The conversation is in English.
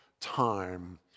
time